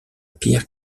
pierre